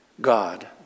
God